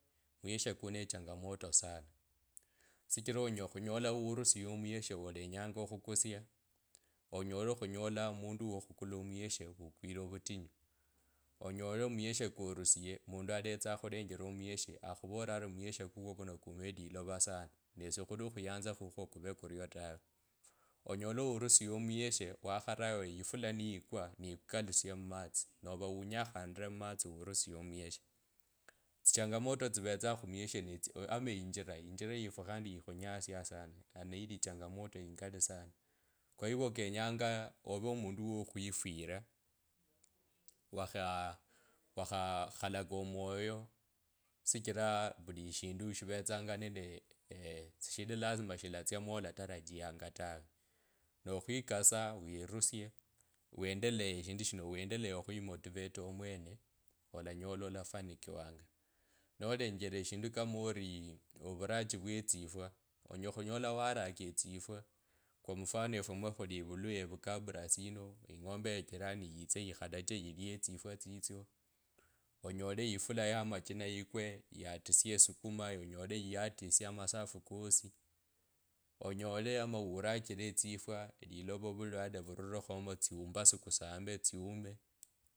Muyeshe kunee echangamoto sana shichira onyela khonyola urusiye omuyeshe olanyanga okhukusia onyei omundu wakhukula omuyeshe vukwili ovutinyu onyole omuyeshe kwarusiye omundu alatsanga okhule njela omuyeshe akhavolera ari omuyeshe kukwo kuno kumo elilova sana. Ne shikhuli khuyanza khukhwo kuve kurwo tawe onyole urusiye omuyeshe wakhara awo eyifula nikwa niikukalusya mumatsi nova unyakhanire mmatsi urusiye omuyeshe tsichangamota tsivetsanga khumuye ne tsi ama einjila eyingila yefu khandi ikhunyasianga sana handi niliechangamoto ingalalisana kwa hivyo kenyenga ove omundu wokhufila ukhakhalaka omwoyo shichira vuli eshindu shivetsanga nende shindu lazima shilatsia mwolatayajianga tawe nokhwikasa wirusye wendeleyo shindu wendeleyee khwimotiveta omwene olanyola olafanikiwanga. Nolenge eshindu kama oriii okhurachi vwr tsafwa onyala khola waraka etsifwa kwa mfano efwe mwakhuli evunya evukabarasi yino ing’ombe ya jirani ikhalaje yetse yilire tsifwa tsitsyo onyela yatisie amasafu kosi onyela ama wilajile etsifwa lilova vulwale vururekhomo tsi ombasu kusambe tsume.